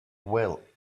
well